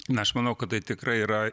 na aš manau kad tai tikrai yra